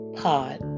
pod